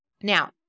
Now